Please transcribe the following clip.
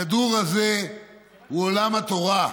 הכדור הזה הוא עולם התורה.